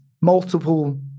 multiple